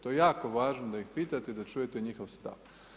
To je jako važno da ih pitate da čujete njihov stav.